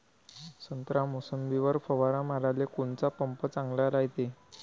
संत्रा, मोसंबीवर फवारा माराले कोनचा पंप चांगला रायते?